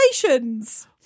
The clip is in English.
congratulations